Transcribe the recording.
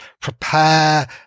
prepare